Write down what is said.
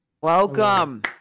Welcome